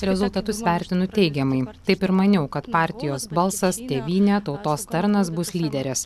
rezultatus vertinu teigiamai taip ir maniau kad partijos balsas tėvynė tautos tarnas bus lyderis